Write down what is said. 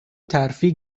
ترفیع